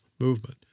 movement